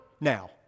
now